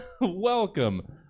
welcome